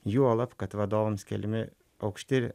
juolab kad vadovams keliami aukšti